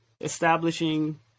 establishing